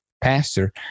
pastor